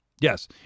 Yes